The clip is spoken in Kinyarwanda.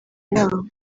yabo